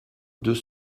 deux